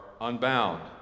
unbound